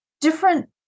Different